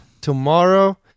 tomorrow